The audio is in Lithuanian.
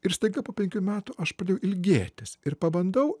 ir staiga po penkių metų aš pradėjau ilgėtis ir pabandau